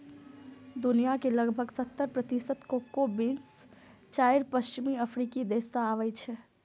दुनिया के लगभग सत्तर प्रतिशत कोको बीन्स चारि पश्चिमी अफ्रीकी देश सं आबै छै